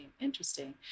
Interesting